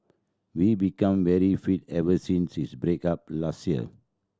we became very fit ever since his break up last year